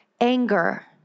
anger